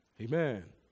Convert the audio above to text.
Amen